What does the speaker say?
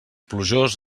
plujós